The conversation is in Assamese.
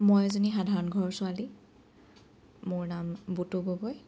মই এজনী সাধাৰণ ঘৰৰ ছোৱালী মোৰ নাম বুটু গগৈ